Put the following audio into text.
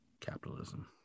capitalism